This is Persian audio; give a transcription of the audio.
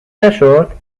نشد